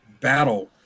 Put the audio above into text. battle